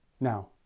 Now